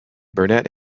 burnett